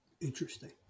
Interesting